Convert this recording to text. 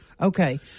Okay